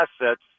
assets